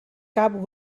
cap